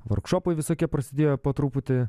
vorkšopai visokie prasidėjo po truputį